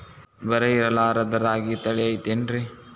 ಬರ ಇರಲಾರದ್ ರಾಗಿ ತಳಿ ಐತೇನ್ರಿ?